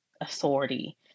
authority